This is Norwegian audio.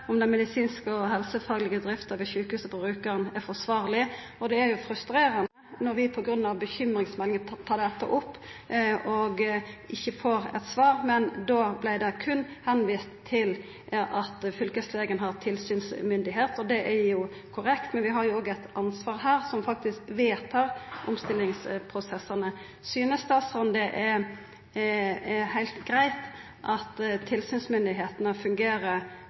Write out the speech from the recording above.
om at den medisinske og helsefaglege drifta ved sjukehuset på Rjukan er forsvarleg ?». Og det er jo frustrerande når vi på grunn av bekymringsmeldingar tar dette opp og ikkje får eit svar. Men då vart det berre vist til at fylkeslegen har tilsynsmyndigheit. Det er jo korrekt, men vi, som faktisk vedtar omstillingsprosessane, har jo òg eit ansvar her. Synest statsråden det er heilt greitt at tilsynsmyndigheitene fungerer